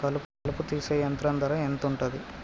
కలుపు తీసే యంత్రం ధర ఎంతుటది?